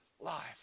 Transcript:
life